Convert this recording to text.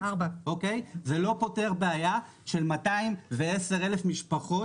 זה לא פותר בעיה של 210,000 משפחות